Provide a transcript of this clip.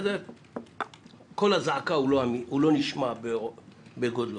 קול הזעקה לא נשמע בגודלו.